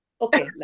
okay